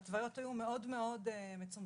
ההתוויות היו מאוד מאוד מצומצמות,